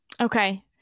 okay